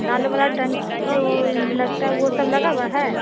नल वाला टंकी जो लगता है वह सब लगा है